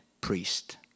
priest